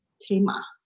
Tema